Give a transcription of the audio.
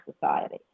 society